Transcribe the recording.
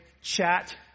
chat